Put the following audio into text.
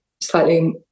slightly